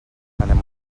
anem